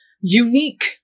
unique